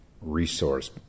resource